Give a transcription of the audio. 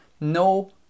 No